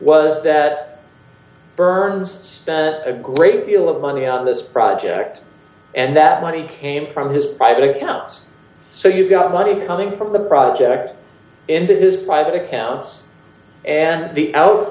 was that burns a great deal of money on this project and that money came from his private accounts so you've got money coming from the project into his private accounts and the out